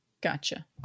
Gotcha